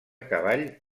cavall